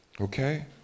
Okay